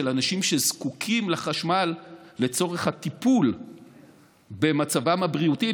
של אנשים שזקוקים לחשמל לצורך הטיפול במצבם הבריאותי,